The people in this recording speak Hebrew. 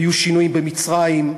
היו שינויים במצרים,